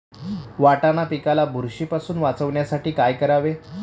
वाटाणा पिकाला बुरशीपासून वाचवण्यासाठी काय करावे?